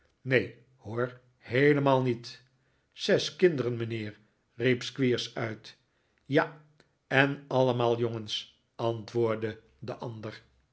neen hbor heelemaal niet zes kinderen mijnheer riep squeers uit ja en allemaal jongens antwoordde de ander